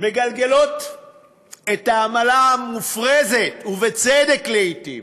מגלגלים את העמלה המופרזת, ובצדק לעתים,